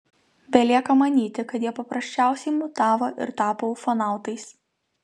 belieka manyti kad jie paprasčiausiai mutavo ir tapo ufonautais